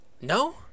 No